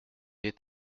est